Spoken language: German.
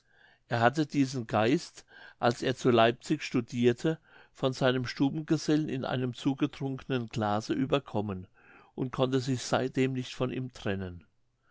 er hatte diesen geist als er zu leipzig studirte von seinem stubengesellen in einem zugetrunkenen glase überkommen und konnte sich seitdem nicht von ihm trennen